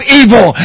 evil